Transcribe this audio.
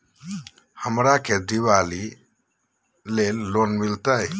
हमरा के दिवाली ला लोन मिलते?